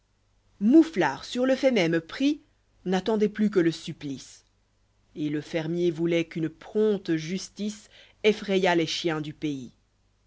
mouflar sur le fait mêmepria nattendoit plus que lé supplice et le fermier vouloit qu'une prompte justice effrayât les chiens du pays